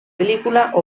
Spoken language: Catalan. pel·lícula